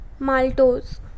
maltose